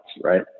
right